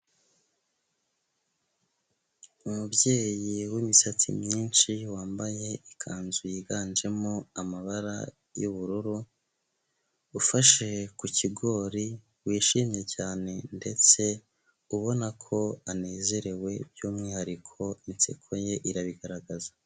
Umubyeyi w'imisatsi myinshi wambaye ikanzu yiganjemo amabara y'ubururu, ufashe ku kigori wishimye cyane ndetse ubona ko anezerewe, by'umwihariko inseko ye irabigaragaza.